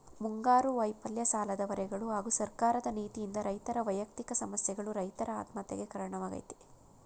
ಮುಂಗಾರು ವೈಫಲ್ಯ ಸಾಲದ ಹೊರೆಗಳು ಹಾಗೂ ಸರ್ಕಾರದ ನೀತಿಯಿಂದ ರೈತರ ವ್ಯಯಕ್ತಿಕ ಸಮಸ್ಯೆಗಳು ರೈತರ ಆತ್ಮಹತ್ಯೆಗೆ ಕಾರಣವಾಗಯ್ತೆ